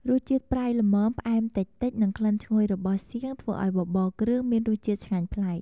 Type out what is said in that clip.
រសជាតិប្រៃល្មម ផ្អែមតិចៗ និងក្លិនឈ្ងុយរបស់សៀងធ្វើឱ្យបបរគ្រឿងមានរសជាតិឆ្ងាញ់ប្លែក។